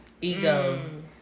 ego